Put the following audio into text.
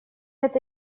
это